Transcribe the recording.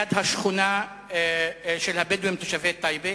ליד השכונה של הבדואים תושבי טייבה.